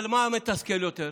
אבל מה מתסכל יותר?